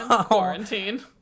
quarantine